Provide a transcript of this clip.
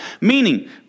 meaning